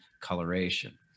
coloration